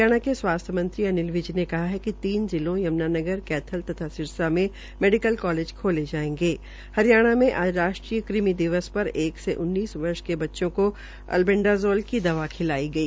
हरियाणा के स्वास्थ्य मंत्री अनिल विज ने कहा है कि तीन जिलों यमुनानगर कैथल तथा सिरसा में मेडिकल कालेज खोलें जायेंगे हरियाणा में आज राष्ट्रीय कृमि दिवस पर एक से उन्नीस वर्ष के बच्चों को अलबंजाज़ोल की दवा खिलाई गई